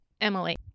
Emily